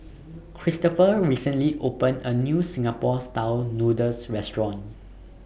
Kristofer recently opened A New Singapore Style Noodles Restaurant